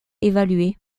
évalué